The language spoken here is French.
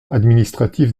administratif